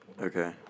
Okay